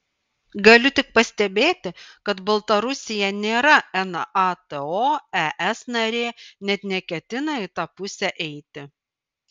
galiu tik pastebėti kad baltarusija nėra nato es narė net neketina į tą pusę eiti